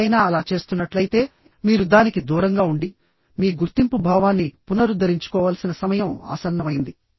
ఎవరైనా అలా చేస్తున్నట్లయితే మీరు దానికి దూరంగా ఉండి మీ గుర్తింపు భావాన్ని పునరుద్ధరించుకోవాల్సిన సమయం ఆసన్నమైంది